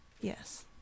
Yes